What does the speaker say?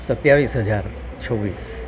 સત્યાવીસ હજાર છવ્વીસ